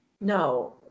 no